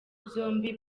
byombi